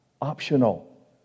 optional